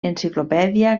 enciclopèdia